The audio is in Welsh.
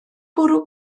bwrw